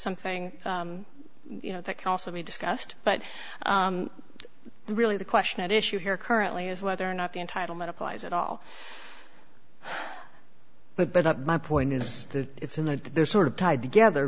something you know that can also be discussed but really the question at issue here currently is whether or not the entitlement applies at all but up my point is that it's in that they're sort of tied together